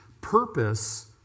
Purpose